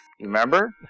remember